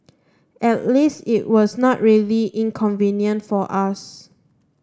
at least it was not really inconvenient for us